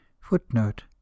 Footnote